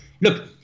Look